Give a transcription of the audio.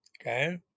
okay